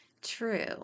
True